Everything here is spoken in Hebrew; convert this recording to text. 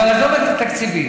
אבל עזוב את התקציבים.